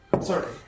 Sorry